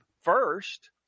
first